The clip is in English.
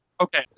Okay